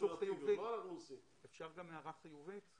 אפשר גם הערה חיובית?